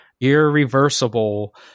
irreversible